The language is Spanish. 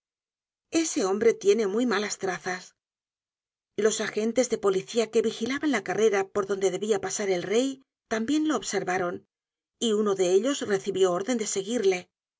ese hombre tiene muy malas trazas los agentes de policía que vigilaban la carrera por donde debia pasar el rey tambien lo observaron y uno de ellos recibió orden de seguirle